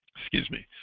excuse me